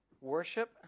worship